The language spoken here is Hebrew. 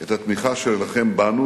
את התמיכה שלכם בנו,